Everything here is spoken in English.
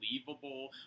unbelievable